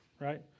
right